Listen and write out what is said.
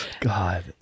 God